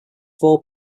four